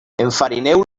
enfarineu